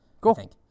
Cool